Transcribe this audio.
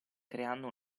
creando